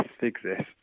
exists